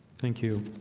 thank you.